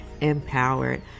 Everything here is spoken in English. empowered